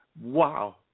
Wow